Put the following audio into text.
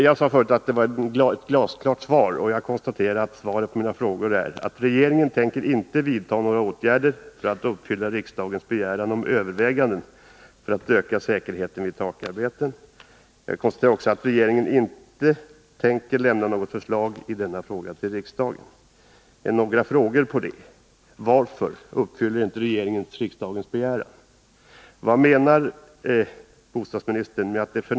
Jag sade förut att det var ett glasklart svar. Jag konstaterar att svaret på 13 att öka säkerheten vid takarbeten mina frågor är att regeringen inte tänker vidta några åtgärder för att uppfylla riksdagens begäran om övervägande av åtgärder för att öka säkerheten vid takarbeten. Jag konstaterar också att regeringen inte tänker lämna något förslag i denna fråga till riksdagen. Jag har några frågor till: Varför uppfyller inte regeringen riksdagens begäran? Vad menar bostadsministern med att det ”f.